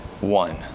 one